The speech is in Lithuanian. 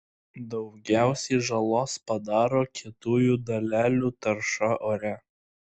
daugiausiai žalos padaro kietųjų dalelių tarša ore